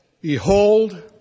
Behold